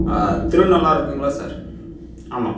திருநள்ளாறு இருக்குங்கள சார் ஆமா